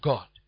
God